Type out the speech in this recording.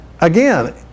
again